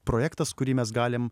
projektas kurį mes galim